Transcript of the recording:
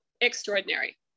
extraordinary